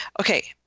okay